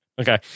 Okay